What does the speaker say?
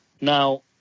Now